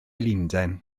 lundain